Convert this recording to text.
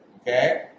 Okay